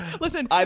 listen